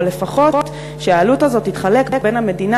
או לפחות שהעלות הזאת תתחלק בין המדינה